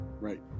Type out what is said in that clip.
Right